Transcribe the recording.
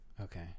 okay